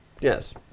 yes